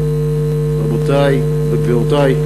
רבותי וגבירותי,